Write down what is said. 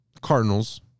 Cardinals